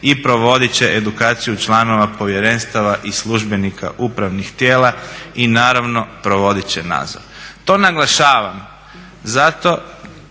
i provodit će edukaciju članova povjerenstava i službenika upravnih tijela i naravno provodit će nadzor. To naglašavam